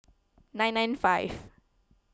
nine nine five